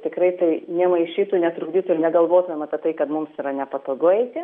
tikrai tai nemaišytų netrukdytų ir negalvotumėm apie tai kad mums yra nepatogu eiti